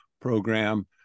Program